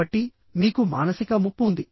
కాబట్టి మీకు మానసిక ముప్పు ఉంది